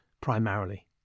primarily